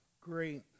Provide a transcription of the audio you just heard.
great